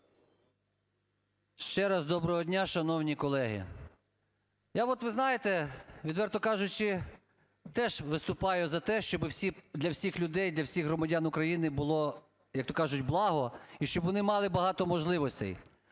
Ще раз доброго дня, шановні колеги. Я,вот, ви знаєте, відверто кажучи, теж виступаю за те, щоб всі… для всіх людей, для всіх громадян України було, як-то кажуть благо, і щоб вони мали багато можливостей.